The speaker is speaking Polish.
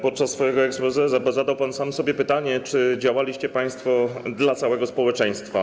Podczas swojego exposé zadał pan sam sobie pytanie, czy działaliście państwo dla całego społeczeństwa.